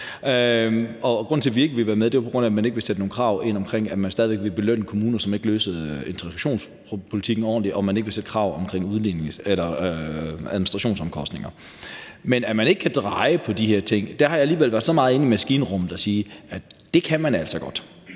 Grunden til, at vi ikke ville være med, var, at man ikke ville sætte nogen krav ind i forbindelse med stadig væk at belønne kommuner, som ikke løste integrationspolitikken ordentligt, og at man ikke ville stille krav om administrationsomkostninger. Men til det med, at man ikke kan dreje på de her ting, vil jeg sige, at der har jeg altså alligevel været så meget inde i maskinrummet, at det kan man altså godt.